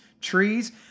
trees